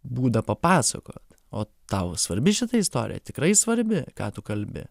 būdą papasakot o tau svarbi šita istorija tikrai svarbi ką tu kalbi